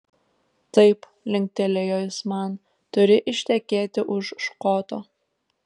taip linktelėjo jis man turi ištekėti už škoto